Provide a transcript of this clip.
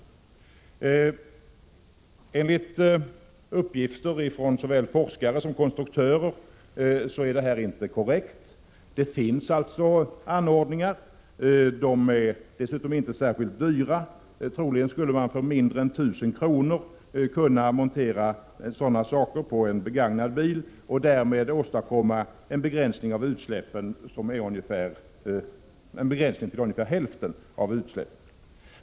Enligt uppgifter från såväl forskare som konstruktörer är detta inte korrekt. Det finns allstå anordningar, och de är dessutom inte särskilt dyra. Troligen skulle en sådan anordning för mindre än 1 000 kr. kunna monteras på en begagnad bil. Man skulle därmed åstadkomma en begränsning av utsläppen med ungefär hälften.